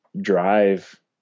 drive